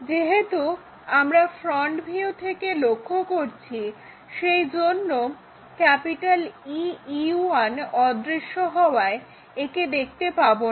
যেহেতু আমরা front view থেকে লক্ষ্য করছি সেজন্য EE1 অদৃশ্য হওয়ায় একে দেখতে পাবো না